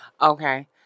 okay